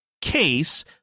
case